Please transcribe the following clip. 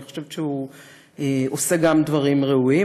אני חושבת שהוא עושה גם דברים ראויים,